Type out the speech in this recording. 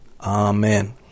Amen